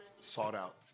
sought-out